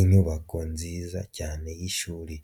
Inyubako nziza cyane y'ishuri